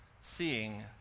seeing